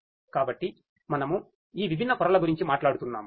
కాబట్టి మనము ఈ విభిన్న పొరల గురించి మాట్లాడుతున్నాము